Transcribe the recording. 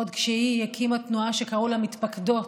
עוד כשהיא הקימה תנועה שקראו לה "מתפקדות",